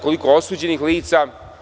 Koliko osuđenih lica?